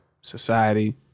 society